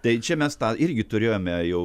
tai čia mes tą irgi turėjome jau